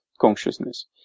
consciousness